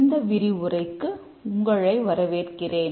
இந்த விரிவுரைக்கு உங்களை வரவேற்கிறேன்